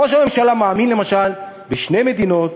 ראש הממשלה מאמין, למשל, בשתי מדינות